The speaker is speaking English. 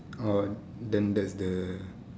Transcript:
orh then that's the